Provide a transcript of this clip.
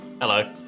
Hello